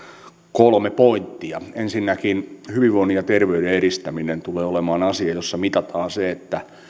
kolme pointtia ensinnäkin hyvinvoinnin ja terveyden edistäminen tulee olemaan asia jossa mitataan se